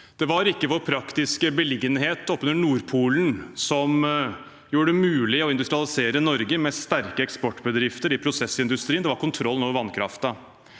Det var ikke vår praktiske beliggenhet oppunder Nordpolen som gjorde det mulig å industrialisere Norge med sterke eksportbedrifter i prosessindustrien, det var kontrollen over vannkraften.